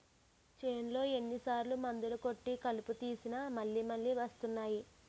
చేన్లో ఎన్ని సార్లు మందులు కొట్టి కలుపు తీసినా మళ్ళి మళ్ళి వస్తున్నాయి